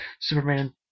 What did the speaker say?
Superman